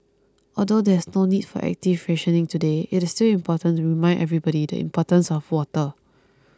although there is no need for active rationing today it is still important to remind everybody the importance of water